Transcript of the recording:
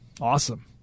Awesome